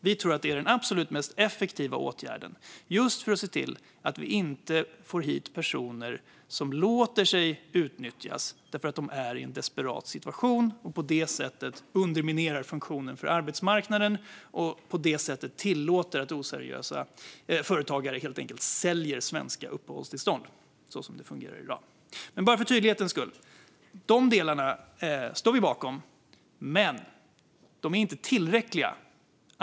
Vi tror att det är den absolut mest effektiva åtgärden just för att se till att det inte kommer hit personer som låter sig utnyttjas därför att de är i en desperat situation och på det sättet underminerar funktionen för arbetsmarknaden och tillåter att oseriösa företagare helt enkelt säljer svenska uppehållstillstånd - så som det fungerar i dag. För tydlighetens skull säger jag att vi står bakom de delarna, men de är inte tillräckliga.